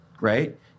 right